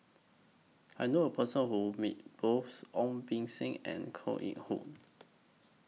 I knew A Person Who Met Both Ong Beng Seng and Koh Eng Hoon